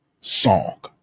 song